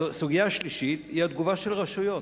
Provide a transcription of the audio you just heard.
הסוגיה שלישית היא התגובה של הרשויות.